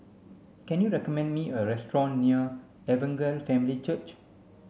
can you recommend me a restaurant near Evangel Family Church